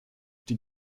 die